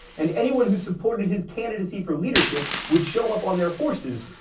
and anyone who supported his candidacy for leadership would show up on their horses,